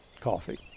coffee